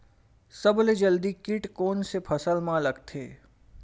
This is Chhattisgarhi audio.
सबले जल्दी कीट कोन से फसल मा लगथे?